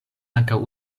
ankaŭ